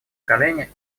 колени